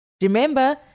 Remember